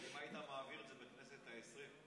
אם היית מעביר את זה בכנסת העשרים,